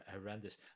horrendous